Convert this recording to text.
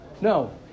No